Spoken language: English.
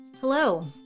Hello